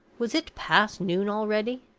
was it past noon already?